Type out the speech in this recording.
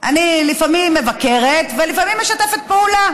אני לפעמים מבקרת ולפעמים משתפת לפעולה,